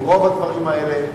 ורוב הדברים האלה.